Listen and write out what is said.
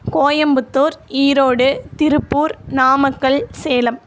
Coimbatore Erode Tiruppur Namakkal Salem